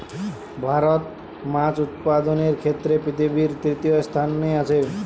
ভারত মাছ উৎপাদনের ক্ষেত্রে পৃথিবীতে তৃতীয় স্থানে আছে